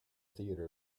theater